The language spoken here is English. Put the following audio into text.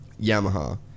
Yamaha